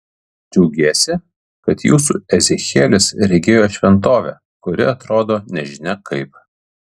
džiaugiesi kad jūsų ezechielis regėjo šventovę kuri atrodo nežinia kaip